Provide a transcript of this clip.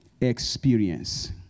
experience